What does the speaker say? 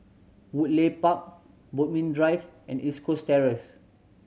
Woodleigh Park Bodmin Drive and East Coast Terrace